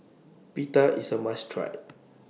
Pita IS A must Try